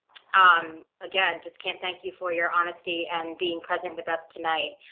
um again, just can't, thank you for your honesty and being present with us tonight.